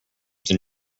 than